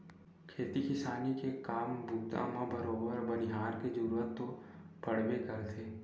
खेती किसानी के काम बूता म बरोबर बनिहार के जरुरत तो पड़बे करथे